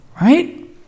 Right